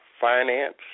finance